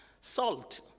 Salt